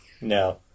No